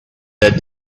that